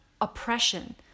oppression